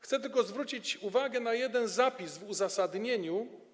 Chcę tylko zwrócić uwagę na jeden zapis w uzasadnieniu.